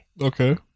Okay